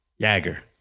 Jagger